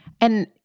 And-